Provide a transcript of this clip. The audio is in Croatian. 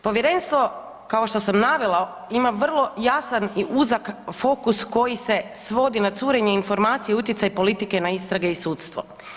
Povjerenstvo, kao što sam navela, ima vrlo jasan i uzak fokus koji se svodi na curenje informacija i utjecaj politike na istrage i sudstvo.